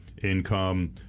income